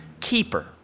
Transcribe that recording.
keeper